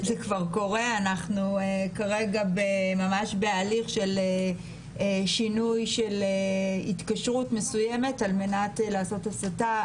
אנחנו כרגע ממש בהליך של שינוי התקשרות מסוימת על מנת לעשות הסטה.